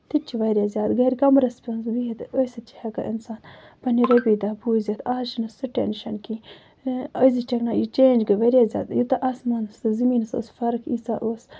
تہِ تہِ چھُ واریاہ زیادٕ گر کَمرَس منٛز بِہِتھ ٲسِتھ چھِ ہیٚکان اِنسان پَنٕنہِ رۄپیہِ دہ بوٗزِتھ آز چھُنہٕ سُہ ٹٮ۪نشن کیٚنہہ أزِچ ٹیٚکنالجی یہِ چینج گٔے واریاہ زیادٕ یوٗتاہ آسمانَس تہٕ زٔمیٖنَس ٲسۍ فرق ییٖژہ ٲسۍ